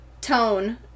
tone